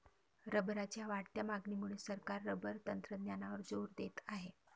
रबरच्या वाढत्या मागणीमुळे सरकार रबर तंत्रज्ञानावर जोर देत आहे